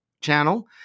channel